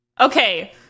Okay